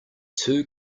two